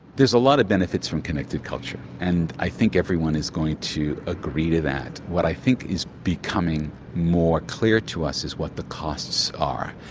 there is a lot of benefits from connected culture and i think everyone is going to agree to that. what i think is becoming more clear to us is what the costs are.